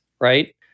right